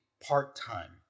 part-time